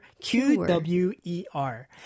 Q-W-E-R